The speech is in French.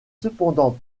cependant